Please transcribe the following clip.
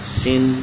sin